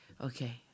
okay